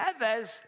others